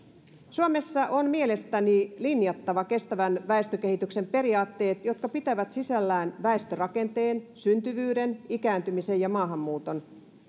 suomessa on mielestäni linjattava kestävän väestökehityksen periaatteet jotka pitävät sisällään väestörakenteen syntyvyyden ikääntymisen ja maahanmuuton